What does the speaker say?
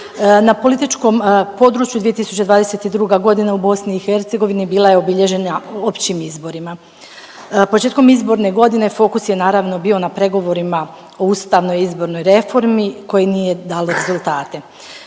Na političkom području 2022. godina u BiH bila je obilježena općim izborima. Početkom izborne godine fokus je naravno bio na pregovorima o ustavnoj, izbornoj reformi koji nije dalo rezultate.